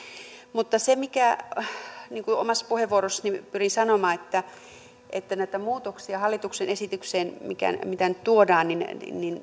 mutta omassa puheenvuorossani pyrin sanomaan että näitä muutoksia hallituksen esitykseen mitä nyt tuodaan